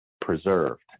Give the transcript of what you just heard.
preserved